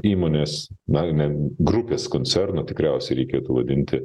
įmonės na ne grupės koncerno tikriausiai reikėtų vadinti